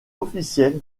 officiel